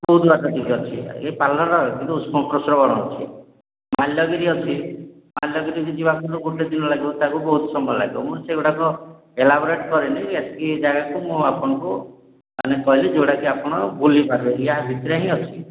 କୋଉ ଦୁଆା ଟିକେ ଅଛି ଏଇ ପାର୍ଲର କିନ୍ତୁ ଉଷ୍ମପ୍ରସ୍ରବଣ ଅଛି ମାଲ୍ୟଗିରି ଅଛି ମାଲ୍ୟଗିରି ଯିବାକୁ ଗୋଟେ ଦିନ ଲାଗିବ ତାକୁ ବହୁତ ସମୟ ଲାଗିବ ତେଣୁ ମୁଁ ସେଗୁଡ଼ାକ ଏଲାବୋରେଟ୍ କରେନି ଏତିକି ଜାଗାକୁ ମୁଁ ଆପଣଙ୍କୁ ମାନେ କହିଲି ଯେଉଁଟାକି ଆପଣ ବୁଲିପାରିବେ ୟା ଭିତରେ ହିଁ ଅଛି